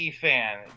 fan